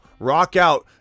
Rockout